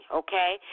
okay